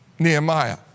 Nehemiah